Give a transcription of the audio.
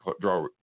draw